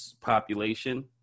population